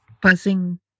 buzzing